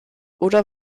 oder